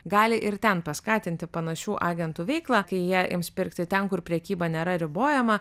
gali ir ten paskatinti panašių agentų veiklą kai jie ims pirkti ten kur prekyba nėra ribojama